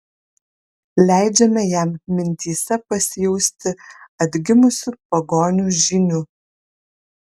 leidžiame jam mintyse pasijausti atgimusiu pagonių žyniu